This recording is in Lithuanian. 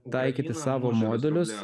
taikyti savo modelius